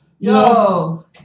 Yo